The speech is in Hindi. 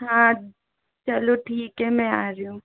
हाँ चलो ठीक है मैं आ रही हूँ